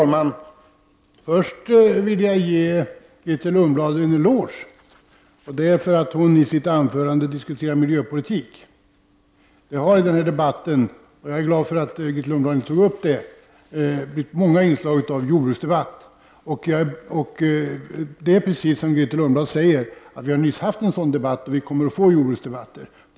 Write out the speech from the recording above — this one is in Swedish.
Fru talman! Först vill jag ge Grethe Lundblad en eloge för att hon i sitt anförande diskuterade miljöpolitik. Den här debatten har haft många inslag av jordbrukspolitik, och jag är glad för att Grethe Lundblad inte tog upp den diskussionen. Precis som Grethe Lundblad säger, har vi nyss haft en sådan debatt, och vi kommer att få jordbruksdebatter även framöver.